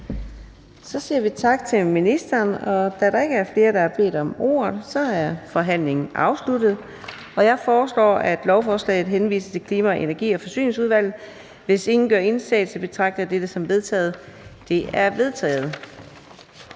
Så siger vi tak til ministeren. Da der ikke er flere, der har bedt om ordet, er forhandlingen afsluttet. Jeg foreslår, at lovforslaget henvises til Klima-, Energi- og Forsyningsudvalget. Hvis ingen gør indsigelse, betragter jeg dette som vedtaget. Det er vedtaget.